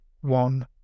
one